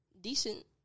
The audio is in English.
decent